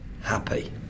happy